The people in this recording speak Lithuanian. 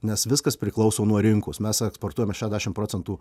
nes viskas priklauso nuo rinkos mes eksportuojame šešiasdešimt procentų